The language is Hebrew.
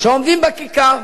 שעומדים בכיכר